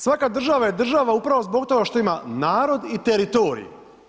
Svaka država je država upravo zbog toga što ima narod i teritorij.